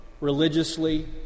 religiously